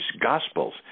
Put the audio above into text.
Gospels